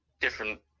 different